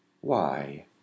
Why